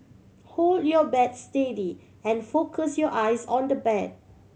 hold your bat steady and focus your eyes on the bad